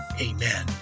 amen